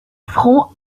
front